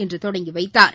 இன்று தொடங்கி வைத்தாா்